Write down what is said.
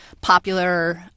popular